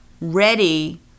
ready